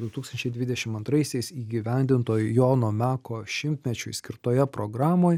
du tūkstančiai dvidešim antraisiais įgyvendinto jono meko šimtmečiui skirtoje programoj